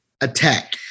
attack